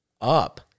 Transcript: up